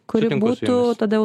kuri būtų tada jau